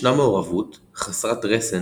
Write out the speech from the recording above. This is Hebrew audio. ישנה מעורבות חסרת רסן,